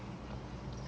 okay